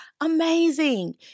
amazing